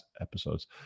episodes